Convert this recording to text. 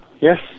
Yes